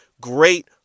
great